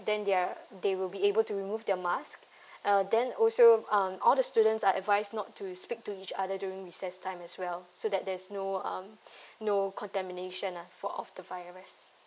then they're they will be able to remove their mask uh then also um all the students are advised not to speak to each other during recess time as well so that there's no um no contamination lah for of the virus